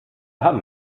haben